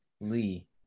Lee